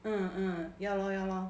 uh uh ya lor ya lor